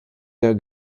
der